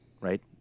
right